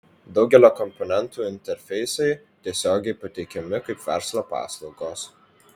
daugelio komponentų interfeisai tiesiogiai pateikiami kaip verslo paslaugos